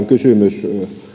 kysymys